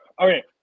Okay